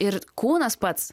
ir kūnas pats